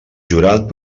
jurat